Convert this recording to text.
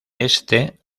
éste